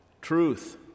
truth